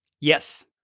Yes